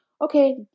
okay